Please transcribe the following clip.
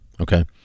Okay